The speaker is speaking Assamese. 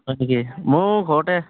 হয় নেকি মইও ঘৰতে